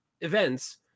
events